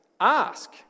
ask